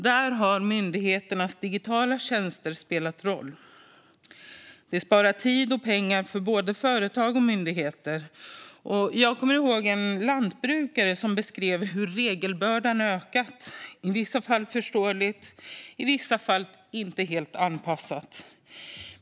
Där har myndigheternas digitala tjänster spelat roll. Det sparar tid och pengar för både företag och myndigheter. Jag kommer ihåg en lantbrukare som beskrev hur regelbördan hade ökat, i vissa fall förståeligt, i vissa fall inte helt anpassat.